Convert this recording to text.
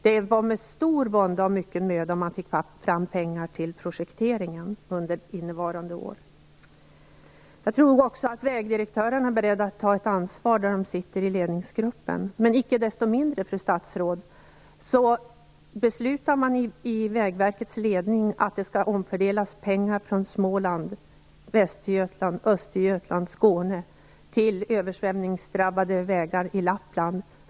Det var med stor vånda och mycket möda som man fick fram pengar till projekteringen under innevarande år. Jag tror nog också att vägdirektörerna är beredda att ta ett ansvar i ledningsgruppen. Men icke desto mindre, fru statsråd, beslutade man i Vägverkets ledning att det skall omfördelas pengar från Småland, Västergötland, Östergötland och Skåne till översvämningsdrabbade vägar i Lappland.